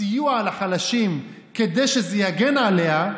בסיוע לחלשים, כדי שזה יגן עליה,